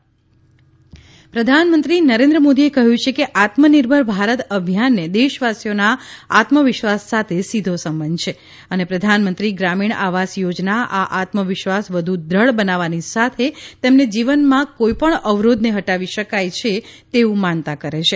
પ્રધાનમંત્રી ઉત્તરપ્રદેશ પ્રધાનમંત્રી નરેન્દ્ર મોદીએ કહ્યું છે કે આત્મનિર્ભર ભારત અભિયાનને દેશવાસીઓના આત્મવિશ્વાસ સાથે સીધો સંબંધ છે અને પ્રધાનમંત્રી ગ્રામીણ આવાસ યોજના આ આત્મવિશ્વાસ વધુ દ્રઢ બનાવવાની સાથે તેમને જીવનમાં કોઇપણ અવરોધને હટાવી શકાય છે તેવું માનતા કરે છે